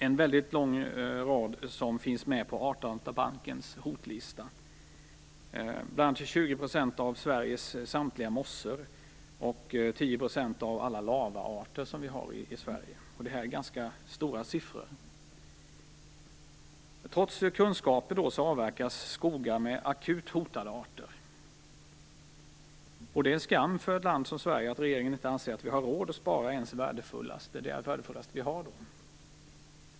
En väldigt lång rad av dessa arter finns med på artdatabankens hotlista, bl.a. 20 % av Sverige. Detta är ganska höga siffror. Trots kunskaper avverkas skogar med akut hotade arter. Det är skam för ett land som Sverige att regeringen inte anser att vi har råd att spara ens på det värdefullaste vi har.